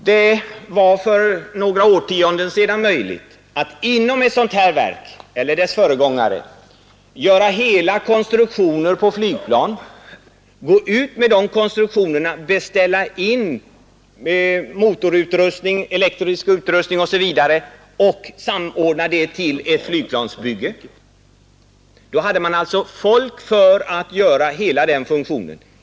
Det var för några årtionden sedan möjligt att inom detta verks föregångare göra hela konstruktioner på flygplan, gå ut med de konstruktionerna, beställa in motorutrustning, elektrisk utrustning osv. och samordna det till ett flygplansbygge. Då hade man alltså folk för att fullgöra hela den funktionen.